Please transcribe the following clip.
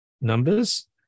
numbers